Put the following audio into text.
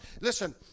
Listen